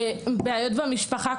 בעיות במשפחה,